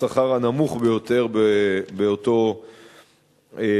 לשכר הנמוך ביותר באותו ארגון.